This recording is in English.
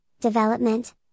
development